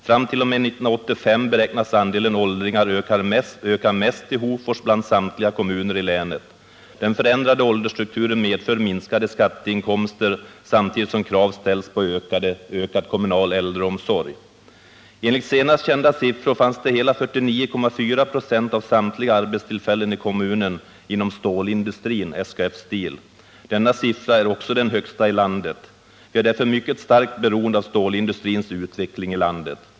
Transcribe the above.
Fram t.o.m. 1985 beräknas andelen åldringar öka mest i Hofors bland samtliga kommuner i länet. Den förändrade åldersstrukturen medför minskade skatteinkomster, samtidigt som krav ställs på ökad kommunal äldreomsorg. Enligt senast kända siffror fanns hela 49,4 96 av samtliga arbetstillfällen i kommunen inom stålindustrin SKF Steel. Denna siffra är den högsta i landet. Vi är därför mycket starkt beroende av stålindustrins utveckling i landet.